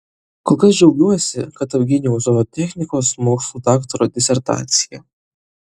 kol kas džiaugiuosi kad apgyniau zootechnikos mokslų daktaro disertaciją